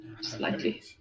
Slightly